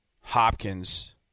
Hopkins